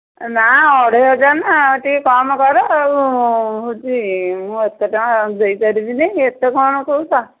ନା ଅଢ଼େଇ ହଜାର ନା ଆଉ ଟିକିଏ କମ୍ କର ଆଉ ହେଉଛି ମୁଁ ଏତେ ଟଙ୍କା ଦେଇପାରିବିନି ଏତେ କ'ଣ କହୁଛ